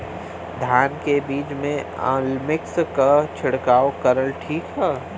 धान के बिज में अलमिक्स क छिड़काव करल ठीक ह?